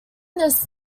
this